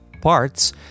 parts